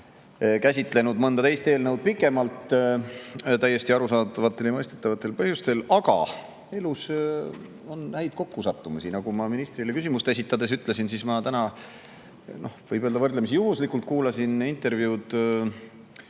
käsitlenud mõnda teist eelnõu pikemalt, seda täiesti arusaadavatel ja mõistetavatel põhjustel. Aga elus on häid kokkusattumisi. Nagu ma ministrile küsimust esitades ütlesin, siis ma täna, võib öelda, võrdlemisi juhuslikult kuulasin intervjuud